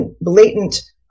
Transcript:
blatant